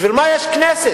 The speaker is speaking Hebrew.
בשביל מה יש כנסת?